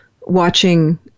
watching